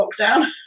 lockdown